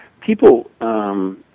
People